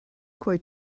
quite